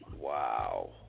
Wow